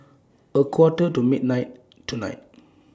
A Quarter to midnight tonight